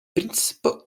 принципа